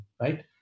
right